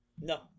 No